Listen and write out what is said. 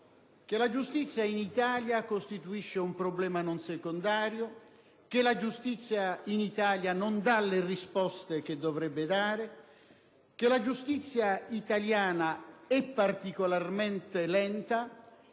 che la giustizia in Italia costituisce un problema non secondario, che la giustizia in Italia non dà le risposte che dovrebbe dare, che la giustizia italiana è particolarmente lenta,